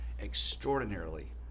extraordinarily